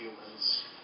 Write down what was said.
humans